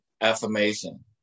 affirmation